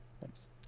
thanks